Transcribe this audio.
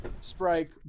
strike